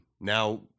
now